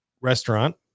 restaurant